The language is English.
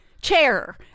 chair